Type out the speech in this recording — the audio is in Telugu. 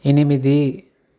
ఎనిమిది